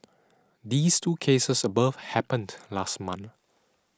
these two cases above happened last month